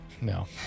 No